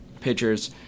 pitchers